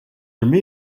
another